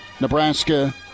Nebraska